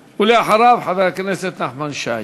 ואחריו, חבר הכנסת נחמן שי.